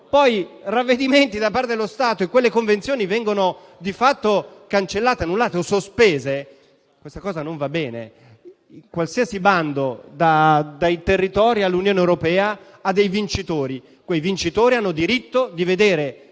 poi ravvedimenti da parte dello Stato e quelle convenzioni vengono di fatto cancellate, annullate o sospese, questa cosa non va bene. Qualsiasi bando, dai territori all'Unione europea, ha dei vincitori. Quei vincitori hanno diritto di vedere